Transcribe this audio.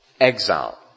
exile